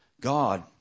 God